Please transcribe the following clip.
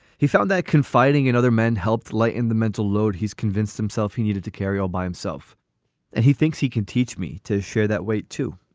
he found that confiding in other men helped lighten the mental load he's convinced himself he needed to carry all by himself, and he thinks he can teach me to share that weight to